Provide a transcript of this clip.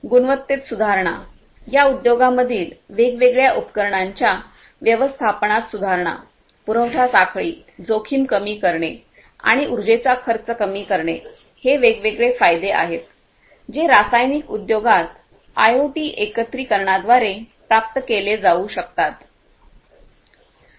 गुणवत्तेत सुधारणा या उद्योगांमधील वेगवेगळ्या उपकरणांच्या व्यवस्थापनात सुधारणा पुरवठा साखळी जोखीम कमी करणे आणि उर्जेचा खर्च कमी करणे हे वेगवेगळे फायदे आहेत जे रासायनिक उद्योगात आयओटी एकत्रिकरणाद्वारे प्राप्त केले जाऊ शकतात